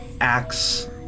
acts